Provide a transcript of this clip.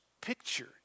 pictured